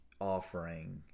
offering